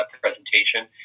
presentation